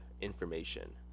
information